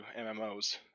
MMOs